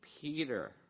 Peter